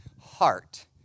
heart